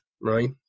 right